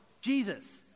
Jesus